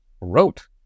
wrote